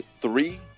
three